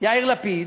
יאיר לפיד,